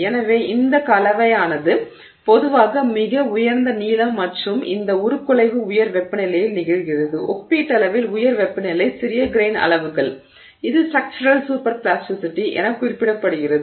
எனவே இந்த கலவையானது பொதுவாக மிக உயர்ந்த நீளம் மற்றும் இந்த உருக்குலைவு உயர் வெப்பநிலையில் நிகழ்கிறது ஒப்பீட்டளவில் உயர் வெப்பநிலை சிறிய கிரெய்ன் அளவுகள் இது ஸ்ட்ரக்சுரல் சூப்பர் பிளாஸ்டிசிட்டி என குறிப்பிடப்படுகிறது